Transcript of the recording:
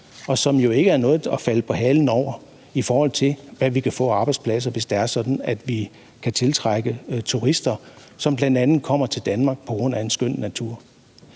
og som jo ikke er noget at falde på halen over, i forhold til hvad vi kan få arbejdspladser, hvis det er sådan, at vi kan tiltrække turister, som bl.a. kommer til Danmark på grund af en skøn natur?